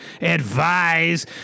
advise